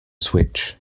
switch